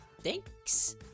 Thanks